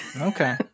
Okay